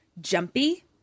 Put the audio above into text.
jumpy